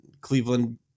Cleveland